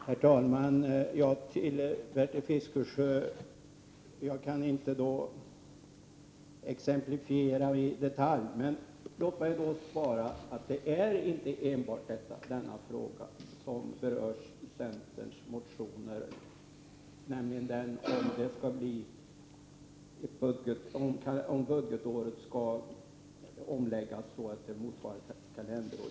Herr talman! Jag kan inte, Bertil Fiskesjö, exemplifiera i detalj, men jag vill säga att det inte enbart gäller den fråga som berörs i centerns motioner, nämligen den om att budgetåret skall läggas om så att det motsvarar kalenderåret.